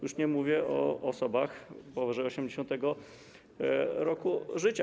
Już nie mówię o osobach powyżej 80. roku życia.